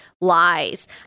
lies